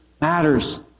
matters